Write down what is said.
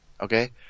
Okay